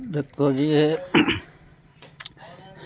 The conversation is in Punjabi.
ਦੇਖੋ ਜੀ ਇਹ